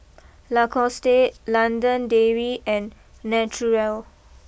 Lacoste London Dairy and Naturel